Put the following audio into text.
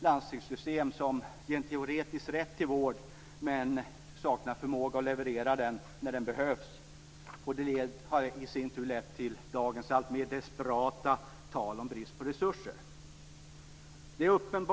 landstingssystem som rent teoretiskt ger rätt till vård men som saknar förmåga att leverera sådan när den behövs. Detta i sin tur har lett till dagens alltmer desperata tal om bristen på resurser. Herr talman!